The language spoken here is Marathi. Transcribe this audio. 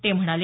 ते म्हणाले